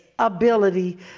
ability